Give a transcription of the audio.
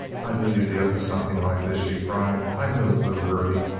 i knew you'd be up to something like this! she cried. i knew it, lew hervey!